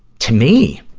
to me,